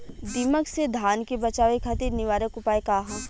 दिमक से धान के बचावे खातिर निवारक उपाय का ह?